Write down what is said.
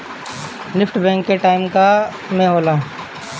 NEFT bank कअ time में होला